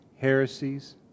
heresies